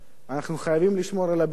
אנחנו חייבים לשמור על הביטחון,